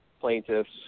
plaintiffs